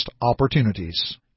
opportunities